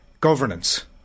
governance